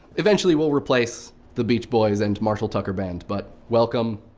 eventually we'll replace the beach boys and marshall tucker band. but welcome,